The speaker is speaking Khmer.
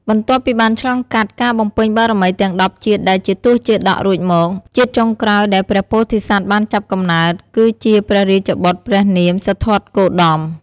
បន្ទាប់ពីបានឆ្លងកាត់ការបំពេញបារមីទាំង ១០ ជាតិ ដែលជា ទសជាតក រួចមក ជាតិចុងក្រោយដែលព្រះពោធិសត្វបានចាប់កំណើត គឺ ជាព្រះរាជបុត្រព្រះនាមសិទ្ធត្ថគោតម។